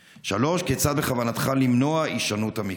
3. כיצד בכוונתך למנוע הישנות המקרה?